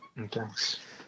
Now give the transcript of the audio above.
thanks